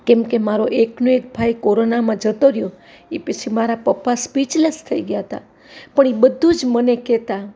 કેમકે મારો એકને એક ભાઈ કોરોનામાં જતો રહ્યો એ પછી મારા પપ્પા સ્પીચલેસ થઈ ગયા હતા પણ એ બધું જ મને કહેતા